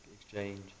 exchange